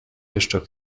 jeszcze